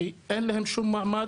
שאין להם שום מעמד.